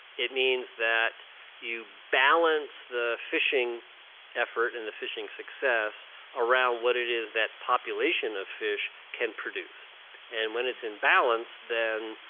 it means that you balance the fishing effort and the fishing success around what it is that population of fish can produce and when it's in balance, then